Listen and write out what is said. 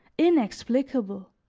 inexplicable,